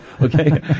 okay